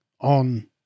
on